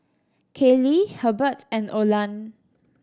Kayli Hebert and Olan